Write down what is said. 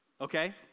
okay